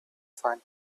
sand